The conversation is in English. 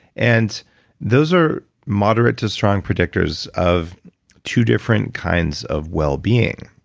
and those are moderate to strong predictors of two different kinds of well-being.